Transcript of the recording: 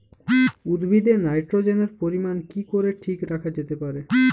উদ্ভিদে নাইট্রোজেনের পরিমাণ কি করে ঠিক রাখা যেতে পারে?